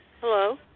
Hello